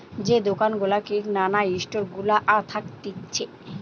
যে দোকান গুলা কিরানা স্টোর গুলা থাকতিছে